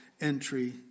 entry